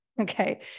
Okay